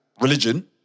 religion